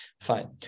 Fine